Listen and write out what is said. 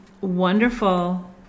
wonderful